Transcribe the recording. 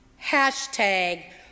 hashtag